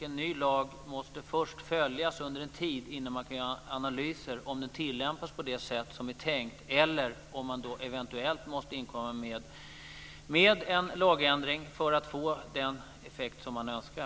En ny lag måste följas under en tid innan man kan analysera om den tillämpas på det sätt som är tänkt eller om man måste inkomma med en lagändring för att få den effekt som man önskar.